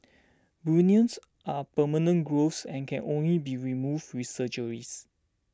bunions are permanent growths and can only be removed with surgeries